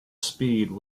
speed